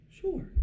Sure